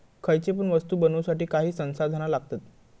खयची पण वस्तु बनवुसाठी काही संसाधना लागतत